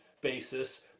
basis